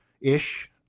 ish